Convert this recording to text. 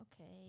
Okay